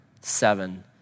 seven